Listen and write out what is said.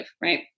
right